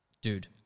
dude